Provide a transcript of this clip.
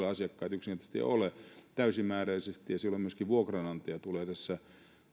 yksinkertaisesti ole asiakkaita yksinkertaisesti ei ole täysimääräisesti ja silloin myöskin vuokranantaja tulee tässä